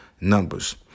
numbers